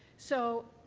so,